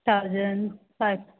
thousand five